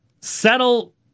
settle